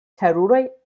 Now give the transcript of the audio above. terure